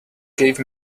gave